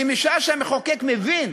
כי משעה שהמחוקק מבין